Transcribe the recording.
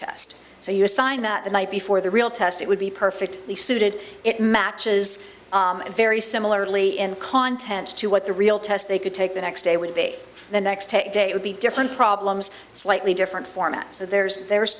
so you assign that the night before the real test it would be perfect suited it matches very similarly in content to what the real test they could take the next day would be the next day it would be different problems slightly different format so there's there's